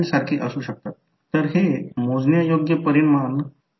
तर i काय आहे ते शोधू शकतो कारण यात i चा व्होल्टेज सोर्स j आहे